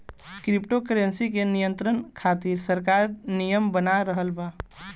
crypto currency के नियंत्रण खातिर सरकार नियम बना रहल बा